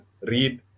Read